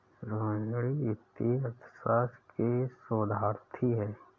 रोहिणी वित्तीय अर्थशास्त्र की शोधार्थी है